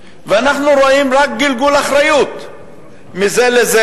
ואנחנו רואים רק גלגול אחריות מזה לזה,